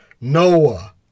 Noah